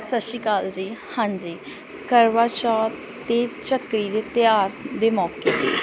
ਸਤਿ ਸ਼੍ਰੀ ਅਕਾਲ ਜੀ ਹਾਂਜੀ ਕਰਵਾਚੌਥ ਅਤੇ ਝੱਕਰੀ ਦੇ ਤਿਉਹਾਰ ਦੇ ਮੌਕੇ